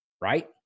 right